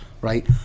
right